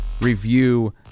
review